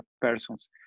persons